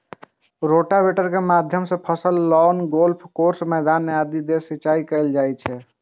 rotator के माध्यम सं फसल, लॉन, गोल्फ कोर्स, मैदान आदि मे सिंचाइ कैल जाइ छै